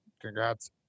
Congrats